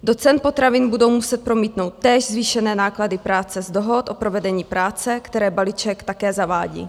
Do cen potravin budou muset promítnout též zvýšené náklady práce z dohod o provedení práce, které balíček také zavádí.